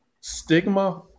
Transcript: Stigma